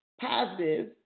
positive